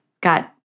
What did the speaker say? got